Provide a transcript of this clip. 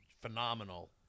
phenomenal